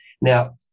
Now